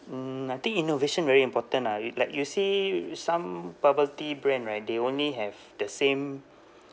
mm I think innovation very important ah re~ like you see some bubble tea brand right they only have the same